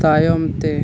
ᱛᱟᱭᱚᱢᱛᱮ